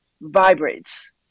vibrates